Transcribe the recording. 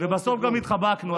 ובסוף גם התחבקנו.